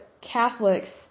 Catholics